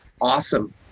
Awesome